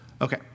Okay